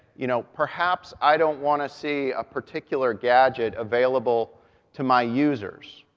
you know perhaps, i don't want to see a particular gadget available to my users,